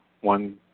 one